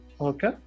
Okay